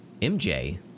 MJ